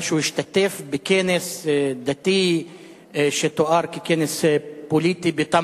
שהוא השתתף בכנס דתי שתואר ככנס פוליטי בתמרה.